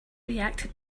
reacted